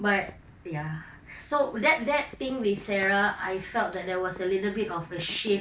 but ya so that that thing with sarah I felt that there was a little bit of a shift